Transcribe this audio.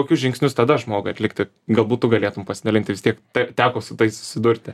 kokius žingsnius tada žmogui atlikti galbūt tu galėtum pasidalinti vis tiek te teko su tais susidurti